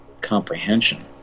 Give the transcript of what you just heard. comprehension